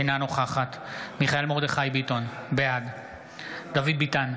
אינה נוכחת מיכאל מרדכי ביטון, בעד דוד ביטן,